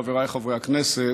חבריי חברי הכנסת,